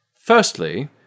Firstly